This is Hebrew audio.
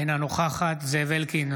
אינה נוכחת זאב אלקין,